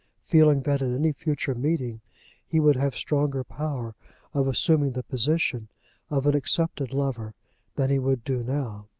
feeling that at any future meeting he would have stronger power of assuming the position of an accepted lover than he would do now.